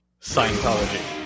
Scientology